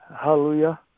Hallelujah